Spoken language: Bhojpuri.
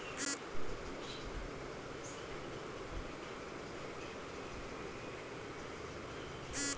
वातावरण के सही ना होखे से कबो सुखा त कबो बाढ़ के समस्या होता